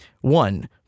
one